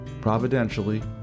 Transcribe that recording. Providentially